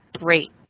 great.